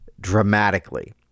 dramatically